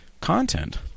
content